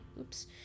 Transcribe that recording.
Oops